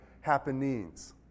happenings